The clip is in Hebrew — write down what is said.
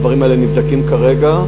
הדברים האלה נבדקים כרגע,